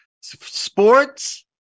sports